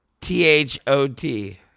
t-h-o-t